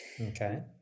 okay